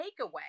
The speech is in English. takeaway